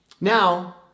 Now